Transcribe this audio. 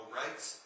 rights